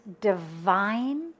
divine